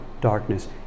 darkness